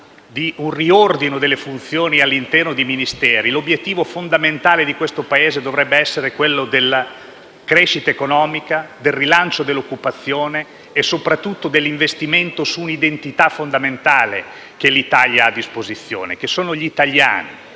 di riordino delle funzioni all'interno di Ministeri, l'obiettivo fondamentale del Paese dovrebbero essere la crescita economica, il rilancio dell'occupazione e soprattutto l'investimento sull'identità fondamentale che l'Italia ha a disposizione, che sono gli italiani,